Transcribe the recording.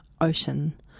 ocean